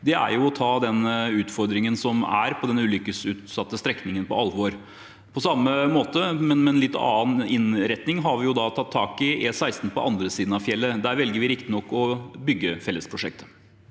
Det er å ta den utfordringen som er på den ulykkesutsatte strekningen, på alvor. På samme måte, men med en litt annen innretning har vi tatt tak i E16 på den andre siden av fjellet. Der velger vi riktignok å bygge fellesprosjektet.